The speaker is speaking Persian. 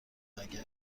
مگه